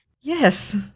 Yes